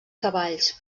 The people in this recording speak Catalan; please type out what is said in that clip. cavalls